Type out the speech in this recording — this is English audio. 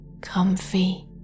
comfy